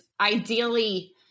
ideally